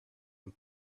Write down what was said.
and